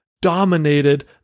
dominated